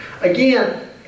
Again